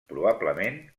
probablement